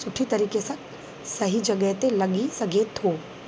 सुठी तरीक़े सां सही जॻहि ते लॻी सघे थो